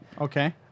Okay